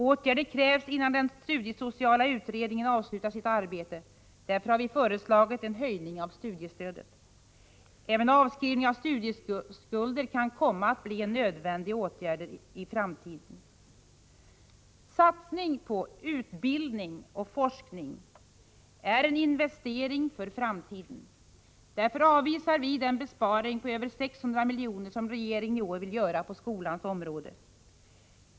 Åtgärder krävs innan den studiesociala utredningen avslutat sitt arbete. Därför har vi föreslagit en höjning av studiestödet. Även avskrivning av studieskulder kan komma att bli en nödvändig åtgärd i framtiden. Satsning på utbildning och forskning är en investering för framtiden. Därför avvisar vi den besparing på över 600 milj.kr. som regeringen i år vill göra på skolans område.